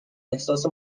احساس